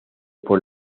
por